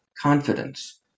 confidence